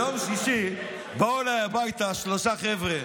ביום שישי באו אליי הביתה שלושה חבר'ה,